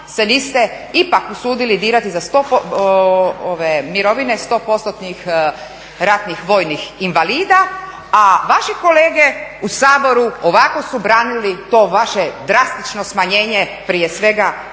se niste ipak usudili dirati mirovine 100%-nih ratnih vojnih invalida. A vaši kolege u Saboru ovako su branili to vaše drastično smanjenje prije svega